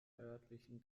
örtlichen